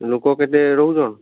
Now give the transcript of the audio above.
ଲୋକ କେତେ ରହୁଚନ୍